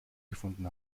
gefunden